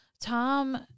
tom